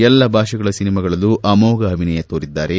ಎಲ್ಲ ಭಾಷೆಗಳ ಸಿನಿಮಾದಲ್ಲೂ ಅಮೋಘ ಅಭಿನಯ ತೋರಿದ್ದಾರೆ